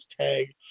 tag